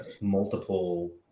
multiple